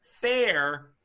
fair